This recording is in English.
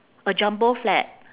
a jumbo flat